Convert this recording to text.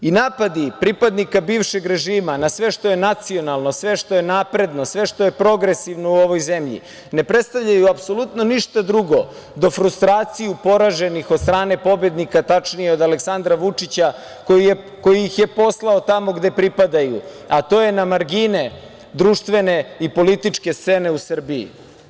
Napadi pripadnika bivšeg režima na sve što je nacionalno, sve što je napredno, sve što je progresivno u ovoj zemlji ne predstavljaju apsolutno ništa drugo do frustraciju poraženih od strane pobednika, tačnije od Aleksandra Vučića koji ih je poslao tamo gde pripadaju, a to je na margine društvene i političke scene u Srbiji.